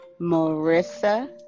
Marissa